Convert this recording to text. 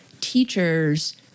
teachers